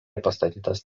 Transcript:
pastatytas